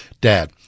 Dad